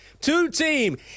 two-team